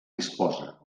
disposa